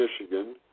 Michigan